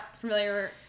familiar